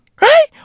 Right